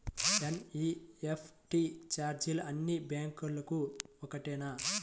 NEFT ఛార్జీలు అన్నీ బ్యాంక్లకూ ఒకటేనా?